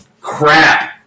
Crap